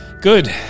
Good